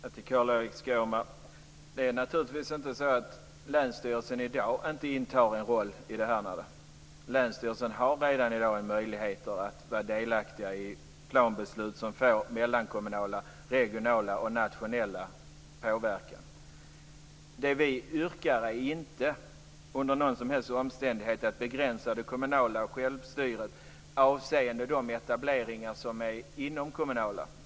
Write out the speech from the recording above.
Fru talman! Carl-Erik Skårman! Det är naturligtvis inte så att länsstyrelsen i dag inte intar en roll i det här. Länsstyrelsen har redan i dag möjlighet att vara delaktig i planbeslut som får mellankommunal, regional och nationell påverkan. Det vi yrkar på är inte under någon som helst omständighet att begränsa det kommunala självstyret avseende de etableringar som är inomkommunala.